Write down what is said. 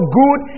good